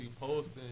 posting